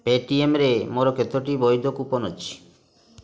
ପେଟିଏମରେ ମୋର କେତୋଟି ବୈଧ କୁପନ୍ ଅଛି